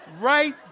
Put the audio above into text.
Right